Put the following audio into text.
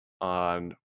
on